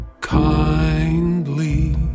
kindly